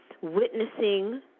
witnessing